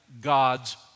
God's